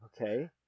Okay